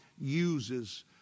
uses